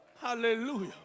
Hallelujah